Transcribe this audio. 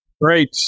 Great